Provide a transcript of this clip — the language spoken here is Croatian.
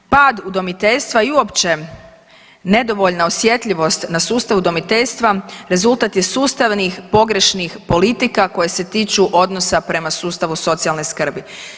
Pad udomiteljstva i uopće nedovoljna osjetljivost na sustav udomiteljstva rezultat je sustavnih pogrešnih politika koje se tiču odnosa prema sustavu socijalne skrbi.